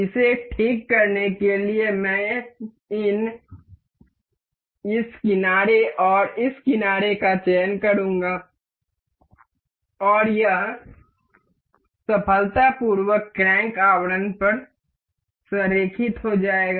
इसे ठीक करने के लिए मैं इस किनारे और इस किनारे का चयन करूंगा और यह सफलतापूर्वक क्रैंक आवरण पर संरेखित हो जाएगा